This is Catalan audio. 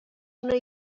una